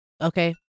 Okay